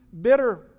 bitter